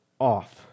off